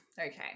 Okay